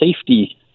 safety